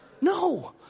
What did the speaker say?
No